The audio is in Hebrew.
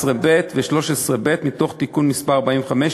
11(ב) ו-13(ב) מתיקון מס' 45,